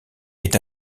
est